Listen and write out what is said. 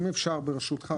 אם אפשר ברשותך,